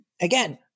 again